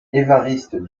évariste